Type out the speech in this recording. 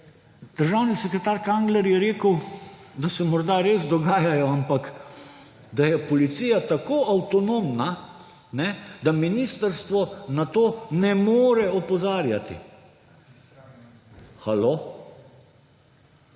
Državni sekretar Kangler je rekel, da se morda res dogajajo, ampak da je policija tako avtonomna, da ministrstvo na to ne more opozarjati. Halo?